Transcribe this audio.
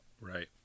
Right